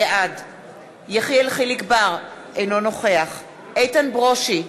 בעד יחיאל חיליק בר, אינו נוכח איתן ברושי,